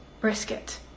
brisket